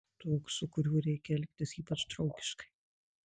toks su kuriuo reikia elgtis ypač draugiškai